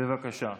בבקשה.